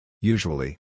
Usually